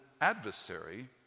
adversary